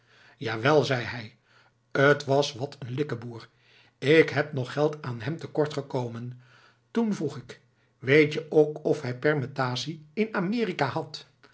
jawel zei hij t was wat een likkebroer k ben nog geld aan hem te kort gekomen toen vroeg ik weet je ook of hij permetasie in amerika had